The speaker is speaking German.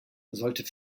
sollte